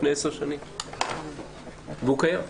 והם קיימים.